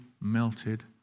melted